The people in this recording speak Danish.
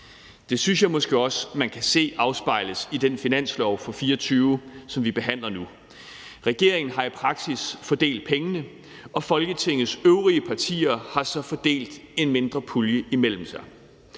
Det synes jeg måske også man kan se afspejlet i den finanslov for 2024, som vi behandler nu. Regeringen har i praksis fordelt pengene, og Folketingets øvrige partier har så fordelt en mindre pulje imellem sig.